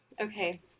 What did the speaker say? okay